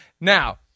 Now